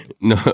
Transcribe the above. No